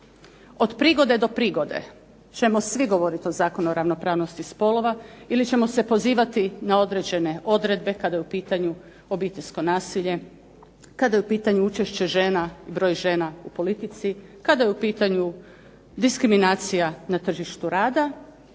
Od prigode do prigode ćemo svi govoriti o Zakonu o ravnopravnosti spolova ili ćemo se pozivati na određene odredbe kada je u pitanju obiteljsko nasilje, kada je u pitanju učešće žena, broj žena u politici, kada je u pitanju diskriminacija na tržištu rada.